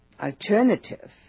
alternative